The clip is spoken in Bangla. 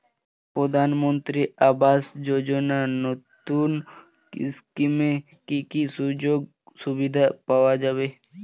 প্রধানমন্ত্রী আবাস যোজনা নতুন স্কিমে কি কি সুযোগ সুবিধা পাওয়া যাবে?